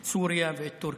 את סוריה וטורקיה.